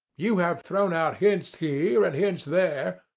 you have thrown out hints here, and hints there,